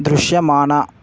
దృశ్యమాన